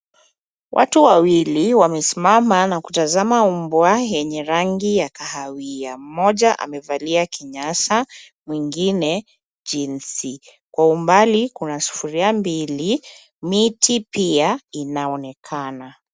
Watu wawili wamesimama na kutazama umbwa yenye rangi ya kahawia mmoja amevalia kinyasa mwingine jinsi kwa umbali kuna sufuria mbili miti pia inaonekana.